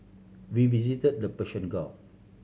we visited the Persian Gulf